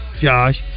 Josh